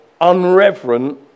unreverent